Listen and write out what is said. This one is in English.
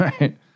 Right